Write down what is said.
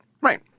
right